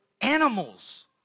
animals